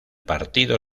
partido